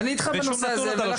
ואתה לא שומע שום נתון.